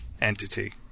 entity